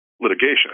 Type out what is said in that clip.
litigation